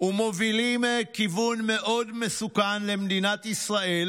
ומובילים כיוון, מסוכן למדינת ישראל.